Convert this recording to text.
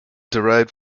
derived